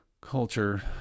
culture